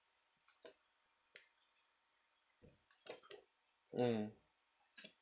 mm